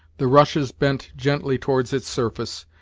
the rushes bent gently towards its surface,